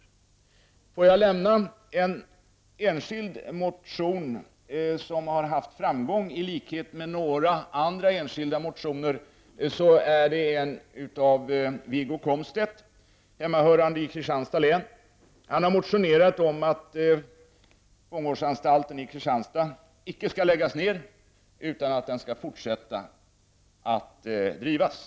Jag vill särskilt nämna en enskild motion som, i likhet med några andra enskilda motioner, haft framgång. Motionen har avgivits av Wiggo Komstedt, hemmahörande i Kristianstads län. Han har yrkat att fångvårdsanstalten i Kristianstad icke skall läggas ned, utan att den skall fortsätta att drivas.